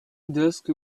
dusk